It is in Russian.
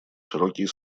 широкие